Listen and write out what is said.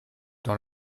dans